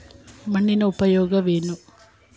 ಮಣ್ಣಿನ ಉಪಯೋಗವೇನು?